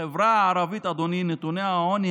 אדוני היושב-ראש,